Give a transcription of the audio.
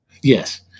Yes